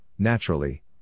Naturally